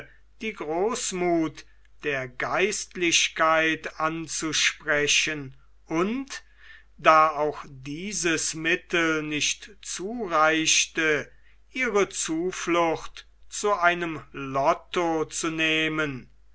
die großmuth der geistlichkeit anzusprechen und da auch dieses mittel nicht zureichte ihre zuflucht zu einem lotto zu nehmen